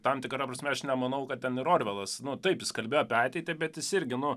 tam tikra prasme aš nemanau kad ten ir orvelas nu taipjis kalbėjo apie ateitį bet jis irgi nu